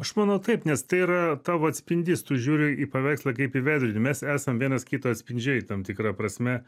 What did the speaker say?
aš manau taip nes tai yra tavo atspindys tu žiūri į paveikslą kaip į veidrodį mes esam vienas kito atspindžiai tam tikra prasme